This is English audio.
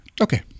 Okay